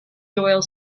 doyle